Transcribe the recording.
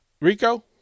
Rico